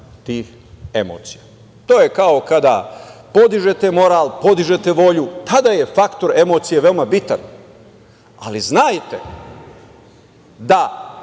tih emocija. To je kao kada podižete moral, podižete volju kada je faktor emocije veoma bitan. Ali, znajte da